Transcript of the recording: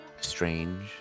strange